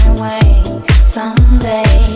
Someday